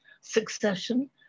succession